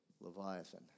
Leviathan